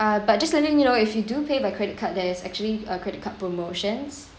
uh but just letting you know if you do pay by credit card there is actually a credit card promotions